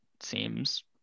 seems